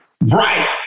Right